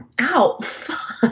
Ow